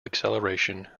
acceleration